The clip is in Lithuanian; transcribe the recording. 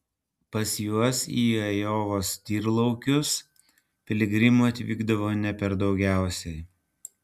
pas juos į ajovos tyrlaukius piligrimų atvykdavo ne per daugiausiai